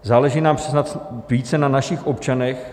Záleží nám snad více na našich občanech?